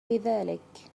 لذلك